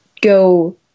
go